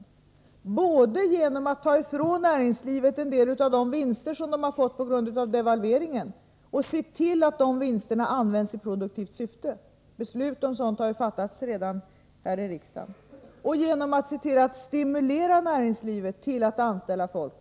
Detta gör vi både genom att ta ifrån näringslivet en del av de vinster som företagen har fått till följd av devalveringen och se till att de vinsterna används i produktivt syfte — beslut om detta har redan fattats här i riksdagen — och genom att se till att stimulera näringslivet att anställa människor.